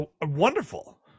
wonderful